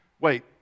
Wait